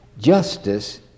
Justice